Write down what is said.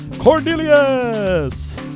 Cornelius